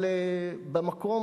אבל במקום